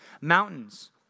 Mountains